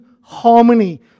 harmony